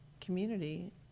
community